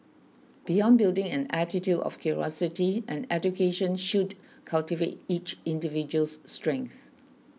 beyond building an attitude of curiosity an education should cultivate each individual's strengths